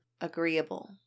agreeable